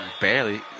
barely